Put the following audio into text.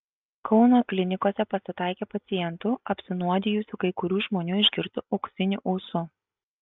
kauno klinikose pasitaikė pacientų apsinuodijusių kai kurių žmonių išgirtu auksiniu ūsu